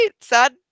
sad